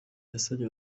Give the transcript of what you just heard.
yasabye